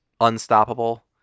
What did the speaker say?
unstoppable